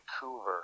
Vancouver